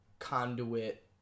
Conduit